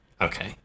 Okay